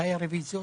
מתי הרביזיות?